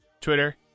Twitter